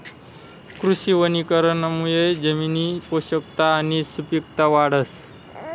कृषी वनीकरणमुये जमिननी पोषकता आणि सुपिकता वाढस